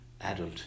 adult